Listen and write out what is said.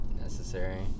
necessary